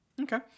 Okay